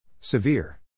Severe